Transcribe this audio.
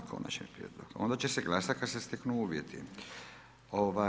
A konačni prijedlog, onda će se glasati kada se steknu uvjeti.